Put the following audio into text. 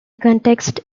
context